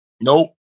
Nope